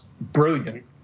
brilliant